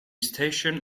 station